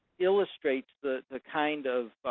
illustrates the the kind of